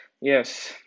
yes